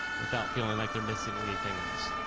without feeling like they're missing anything else.